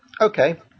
okay